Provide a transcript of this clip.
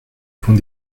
avons